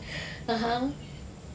(uh huh)